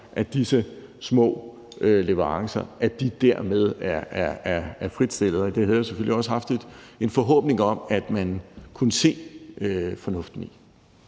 at disse små leverancer dermed er fritstillede, og det havde jeg selvfølgelig også haft en forhåbning om at man kunne se fornuften i.